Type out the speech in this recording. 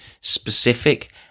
specific